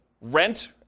rent